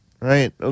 Right